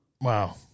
Wow